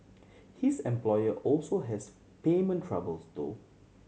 his employer also has payment troubles though